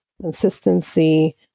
consistency